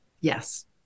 Yes